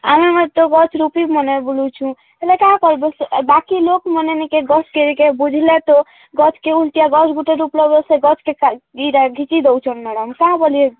ଆମେ ବି ତ ଗଛରୁ ପି ମାନେ ବୁଲୁଛୁ ହେଲେ କା କରିବୁ ବାକି ଲୋକମାନେ ନିକେ ଗଛ ବୁଝିଲେ ତ ଗଛ କେଉଁ ରୁପେ ଗଛ ଗୁଟେ ରୂପ ନବ ସେ ଗଛ୍କେ ଦେଉଛନ୍ ମ୍ୟାଡ଼ାମ୍ କା ବୋଲି